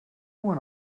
when